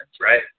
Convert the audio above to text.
right